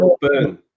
burn